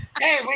Hey